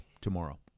tomorrow